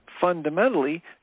fundamentally